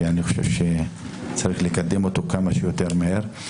שאני חושב שצריך לקדם אותו כמה שיותר מהר.